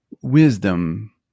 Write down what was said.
wisdom